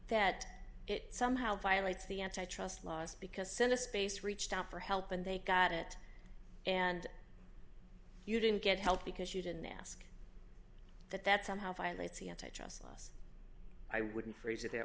that it somehow violates the antitrust laws because send a space reached out for help and they got it and you didn't get help because you didn't ask that that somehow violates the antitrust law i wouldn't phrase it that